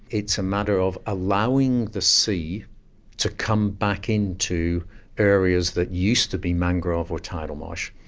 it's a matter of allowing the sea to come back into areas that used to be mangrove or tidal marsh.